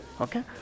Okay